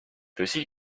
tõsi